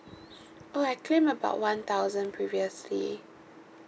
oh I claimed about one thousand previously